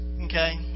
okay